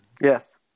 Yes